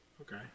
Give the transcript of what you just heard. Okay